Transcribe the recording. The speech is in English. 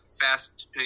fast